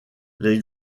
les